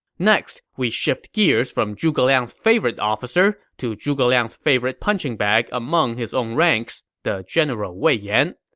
next, we shift gears from zhuge liang's favorite officer to zhuge liang's favorite punching bag among his own ranks, the general wei yan.